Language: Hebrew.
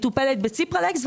מטופלת בציפרלקס,